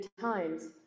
times